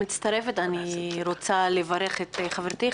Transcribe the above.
רוצה לברך את חברתי,